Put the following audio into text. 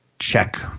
Check